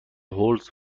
هولز